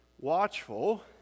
watchful